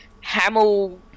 Hamill